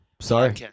Sorry